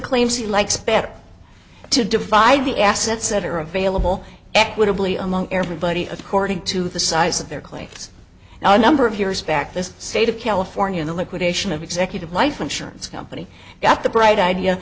claims he likes better to divide the assets that are available equitably among everybody according to the size of their claims now a number of years back this state of california the liquidation of executive life insurance company got the bright idea